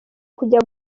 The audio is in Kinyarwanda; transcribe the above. kujya